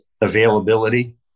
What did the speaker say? availability